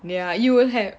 ya you will have